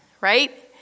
right